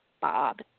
Bob